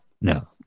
no